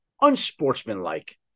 unsportsmanlike